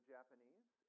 Japanese